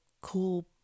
Cool